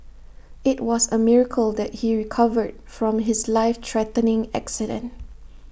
IT was A miracle that he recovered from his life threatening accident